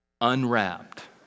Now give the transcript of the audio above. unwrapped